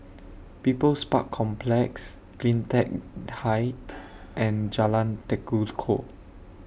People's Park Complex CleanTech Height and Jalan Tekukor